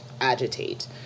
agitate